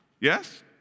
Yes